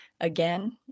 Again